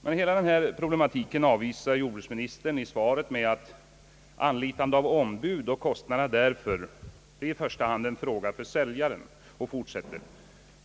Men hela denna problematik avvisar jordbruksministern i svaret med följande ord: »Anlitande av ombud och kostnaderna härför är i första hand en fråga för säljaren.